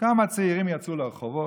כמה צעירים יצאו לרחובות,